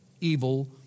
evil